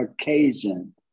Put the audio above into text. occasion